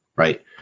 right